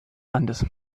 landes